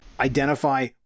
Identify